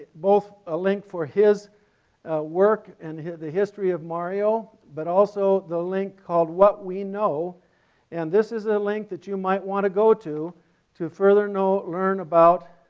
both a link for his work and the history of mario but also the link called what we know and this is a link that you might want to go to to further learn about